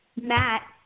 Matt